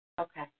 Okay